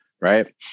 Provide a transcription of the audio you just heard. Right